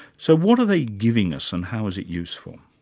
so what are they giving us and how is it useful?